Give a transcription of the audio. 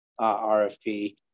rfp